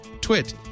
twit